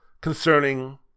concerning